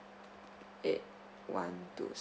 eight one two